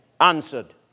answered